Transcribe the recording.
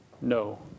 no